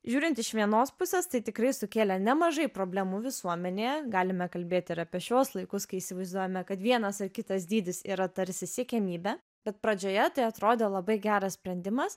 žiūrint iš vienos pusės tai tikrai sukėlė nemažai problemų visuomenėje galime kalbėti ir apie šiuos laikus kai įsivaizduojame kad vienas ar kitas dydis yra tarsi siekiamybė bet pradžioje tai atrodė labai geras sprendimas